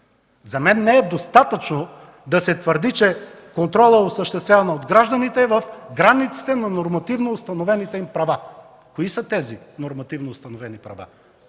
За мен не е достатъчно да се твърди, че контролът е осъществяван от гражданите в границите на нормативно установените им права. Кои са тези нормативно установени права?